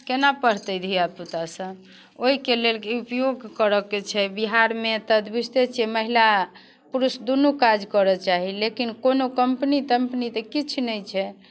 केना पढ़तै धियापुतासभ ओहिके लेल उपयोग करयके छै बिहारमे तद बुझिते छियै महिला पुरुष दुनू काज करय चाहे लेकिन कोनो कम्पनी तम्पनी तऽ किछु नहि छै